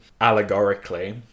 allegorically